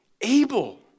abel